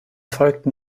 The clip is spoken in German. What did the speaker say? folgten